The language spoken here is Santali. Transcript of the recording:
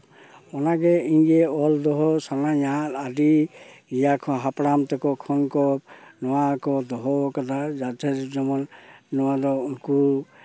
ᱚᱱᱟ ᱜᱮ ᱤᱧ ᱫᱚ ᱚᱞ ᱫᱚᱦᱚ ᱥᱟᱱᱟᱧᱟ ᱟᱹᱰᱤ ᱤᱭᱟ ᱠᱷᱚᱱ ᱦᱟᱯᱲᱟᱢ ᱛᱟᱠᱚ ᱠᱷᱚᱱ ᱠᱚ ᱱᱚᱣᱟ ᱠᱚ ᱫᱚᱦᱚᱣᱟᱠᱟᱫᱟ ᱡᱟᱛᱮ ᱡᱮᱢᱚᱱ ᱱᱚᱣᱟ ᱫᱚ ᱩᱱᱠᱩ